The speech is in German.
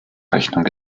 rechnung